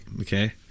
Okay